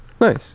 nice